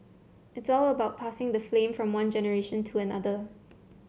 it's all about passing the flame from one generation to another